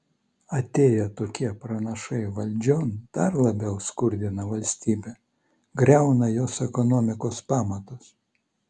atėję tokie pranašai valdžion dar labiau skurdina valstybę griauna jos ekonomikos pamatus